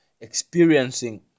experiencing